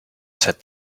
said